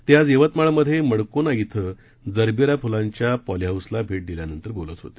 ते आज यवतमाळमध्ये मडकोना क्वे जरबिरा फुलांच्या पॉली हाऊसला भेट दिल्यानंतर बोलत होते